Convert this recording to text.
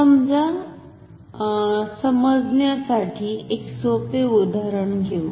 समजा समजण्यासाठी एक सोपे उदाहरण घेऊ